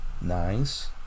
Nice